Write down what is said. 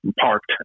parked